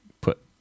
put